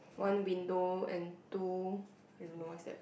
one window and two I don't know what's that